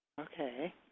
Okay